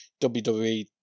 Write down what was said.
WWE